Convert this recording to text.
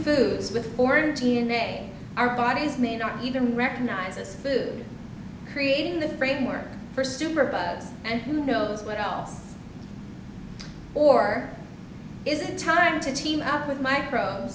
foods with or in t n a our bodies may not even recognize as food creating the framework for super bugs and who knows what else or is it time to team up with micro